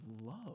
love